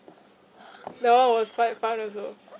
that [one] was quite fun also